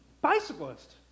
bicyclist